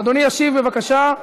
אדוני ישיב, בבקשה,